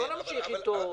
לא נמשיך אתו.